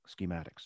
schematics